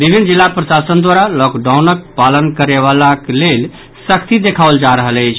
विभिन्न जिला प्रशासन द्वारा लॉकडाउनक पालन करयबाक लेल सख्ती देखाओल जा रहल अछि